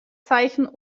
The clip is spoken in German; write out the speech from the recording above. zeichen